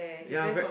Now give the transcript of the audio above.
ya very